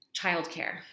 childcare